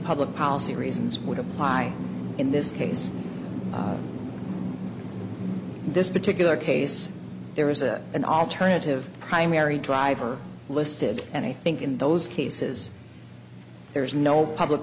public policy reasons would apply in this case this particular case there was a an alternative primary driver listed and i think in those cases there is no public